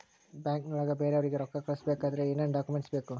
ಬ್ಯಾಂಕ್ನೊಳಗ ಬೇರೆಯವರಿಗೆ ರೊಕ್ಕ ಕಳಿಸಬೇಕಾದರೆ ಏನೇನ್ ಡಾಕುಮೆಂಟ್ಸ್ ಬೇಕು?